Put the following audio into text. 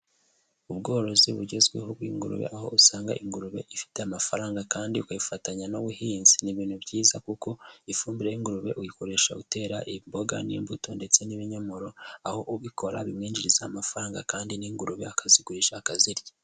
Ubworozi bugezweho bw'ingurube, aho usanga ingurube ifite amafaranga kandi ukayifatanya n'ubuhinzi. Ni ibintu byiza kuko ifumbire y'ingurube uyikoresha utera imboga n'imbuto ndetse n'ibinyomoro, aho ubikora bimwinjiriza amafaranga kandi n'ingurube akazigurisha, akazirya.